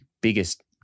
biggest